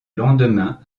lendemain